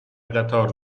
قطار